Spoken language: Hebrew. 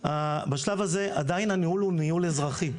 בשלב הזה עדיין הניהול הוא ניהול אזרחי.